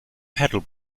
pedal